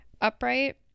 Upright